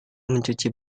mencuci